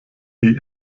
die